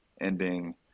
ending